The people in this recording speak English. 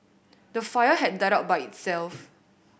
the fire had died out by itself